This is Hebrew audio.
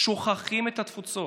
שוכחים את התפוצות,